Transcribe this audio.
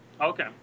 Okay